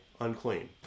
unclean